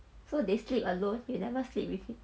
so they sleep alone you never sleep with him